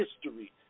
history